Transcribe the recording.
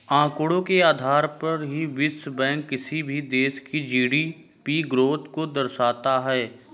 आंकड़ों के आधार पर ही विश्व बैंक किसी भी देश की जी.डी.पी ग्रोथ को दर्शाता है